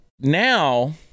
now